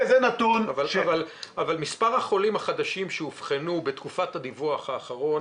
זה נתון --- אבל מספר החולים החדשים שאובחנו בתקופת הדיווח האחרונה,